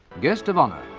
guest of honour,